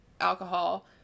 alcohol